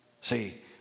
See